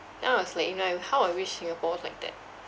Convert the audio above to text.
then I was like you know how I wish singapore was like that